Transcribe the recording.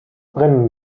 brennen